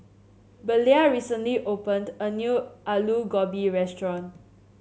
Belia recently opened a new Alu Gobi restaurant